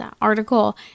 article